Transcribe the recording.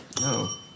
No